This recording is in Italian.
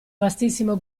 vastissimo